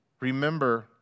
remember